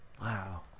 Wow